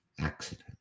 accident